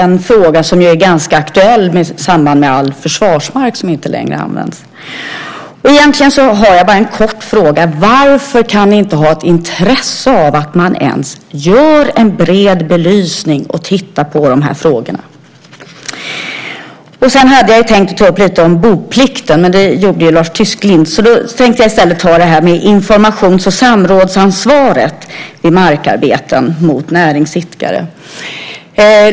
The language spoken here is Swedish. Det är en fråga som är ganska aktuell i samband med all försvarsmark som inte längre används. Jag har bara en kort fråga. Varför kan ni inte ha ett intresse av att man gör en bred belysning och tittar på de frågorna? Jag hade också tänkt att ta upp lite om boplikten. Men det gjorde Lars Tysklind. Jag tänker i stället tala om informations och samrådsansvaret mot näringsidkare vid markarbeten.